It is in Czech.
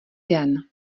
den